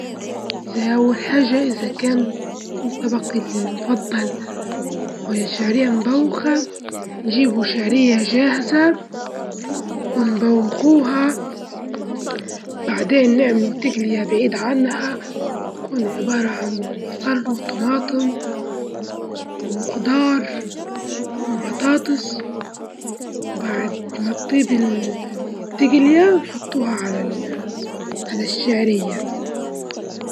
أول حاجة حط المعجون الأسنان على الفرشاة، وبعدين بالفرشاة على الأسنان بحركات دائرية خفيفة، واتأكد إنك تنظف الجوانب واللثة واغسل فمك بعدها بالمية، وما تنساش تنظف لسانك وتمضمض بالمية بطريقة صحيحة.